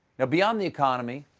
and beyond the economy,